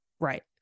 Right